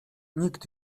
nikt